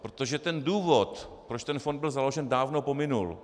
Protože důvod, proč ten fond byl založen, dávno pominul.